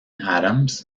adams